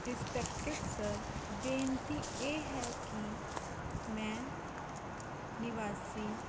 respected sir ਬੇਨਤੀ ਇਹ ਹੈ ਕਿ ਮੈਂ ਨਿਵਾਸੀ